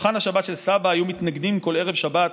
בשולחן השבת של סבא היו מתנגנים כל ערב שבת